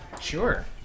Sure